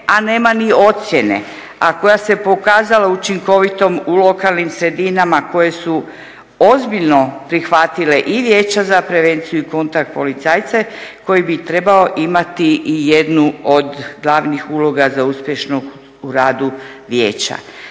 a nema ni ocjene, a koja se pokazala učinkovitom u lokalnim sredinama koje su ozbiljno prihvatile i Vijeća za prevenciju i kontakt policajce koji bi trebao imati i jednu od glavnih uloga za uspješnost u radu vijeća.